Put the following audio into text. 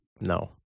no